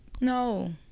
no